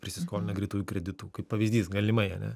prisiskolina greitųjų kreditų kaip pavyzdys galimai ane